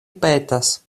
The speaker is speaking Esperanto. petas